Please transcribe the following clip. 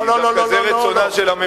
כי דווקא זה רצונה של הממשלה.